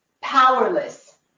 Powerless